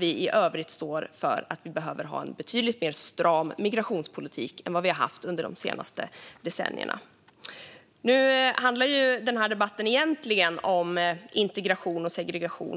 I övrigt står vi dock för att vi behöver ha en betydligt mer stram migrationspolitik än vi har haft under de senaste decennierna. Nu handlar den här debatten egentligen om integration och segregation.